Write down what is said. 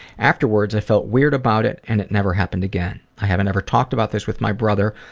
afterwards, i felt weird about it and it never happened again. i have never talked about this with my brother,